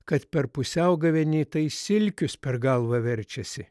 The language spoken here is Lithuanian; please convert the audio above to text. kad per pusiaugavėnį tai silkius per galvą verčiasi